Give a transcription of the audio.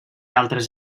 altres